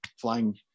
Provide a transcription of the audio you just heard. flying